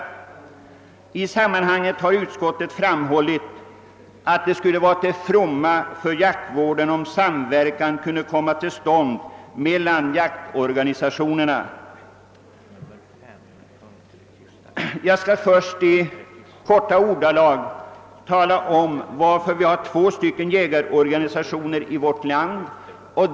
Sedan tillägger utskottet: »I sammanhanget har utskottet framhållit att det skulle vara till fromma för jaktvården om samverkan kunde komma till stånd mellan jaktorganisationerna.» Jag skall här i korthet redogöra för varför vi har två jägarorganisationer här i landet.